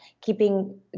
keeping